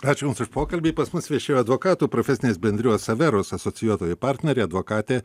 ačiū jums už pokalbį pas mus viešėjo advokatų profesinės bendrijos averus asocijuotoji partnerė advokatė